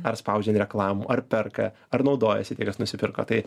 ar spaudžia ant reklamų ar perka ar naudojasi tie kas nusiperka tai